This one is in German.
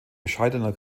bescheidener